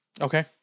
Okay